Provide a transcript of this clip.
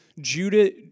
Judah